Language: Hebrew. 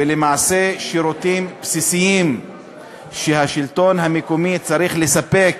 ולמעשה, שירותים בסיסיים שהשלטון המקומי צריך לספק